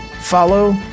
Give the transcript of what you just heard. follow